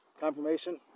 confirmation